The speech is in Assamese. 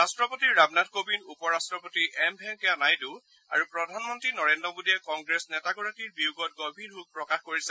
ৰাট্টপতি ৰামনাথ কোবিন্দ উপ ৰাট্টপতি এম ভেংকায়া নাইডু আৰু প্ৰধানমন্তী নৰেজ্ৰ মোদীয়ে কংগ্ৰেছ নেতাগৰাকীৰ বিয়োগত গভীৰ শোক প্ৰকাশ কৰিছে